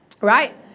right